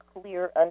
clear